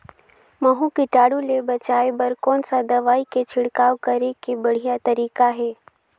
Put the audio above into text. महू कीटाणु ले बचाय बर कोन सा दवाई के छिड़काव करे के बढ़िया तरीका हे?